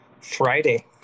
friday